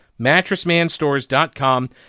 MattressManStores.com